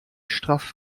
straff